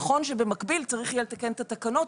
נכון שבמקביל צריך יהיה לתקן את התקנות,